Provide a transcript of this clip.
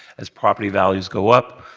as property values go up,